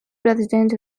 president